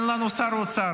האמת היא, אין לנו שר אוצר.